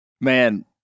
Man